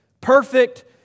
perfect